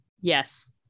yes